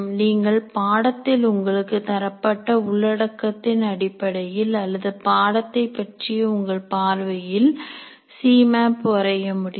நீங்கள் பாடத்தில் உங்களுக்கு தரப்பட்ட உள்ளடக்கத்தின் அடிப்படையில் அல்லது பாடத்தைப் பற்றிய உங்கள் பார்வையில் சிமேப் வரைய முடியும்